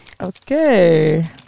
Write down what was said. Okay